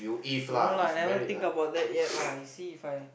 no lah I never think about that lah you see If I